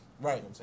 Right